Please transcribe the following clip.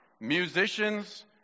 musicians